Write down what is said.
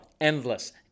endless